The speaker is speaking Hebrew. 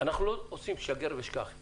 אתי חוה עטייה, בבקשה.